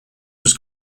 was